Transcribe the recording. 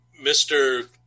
Mr